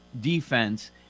defense